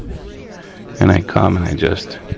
and i come and i just